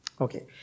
Okay